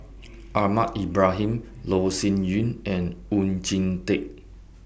Ahmad Ibrahim Loh Sin Yun and Oon Jin Teik